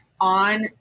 on